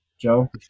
Joe